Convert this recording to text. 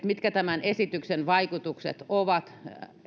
mitkä tämän esityksen vaikutukset ovat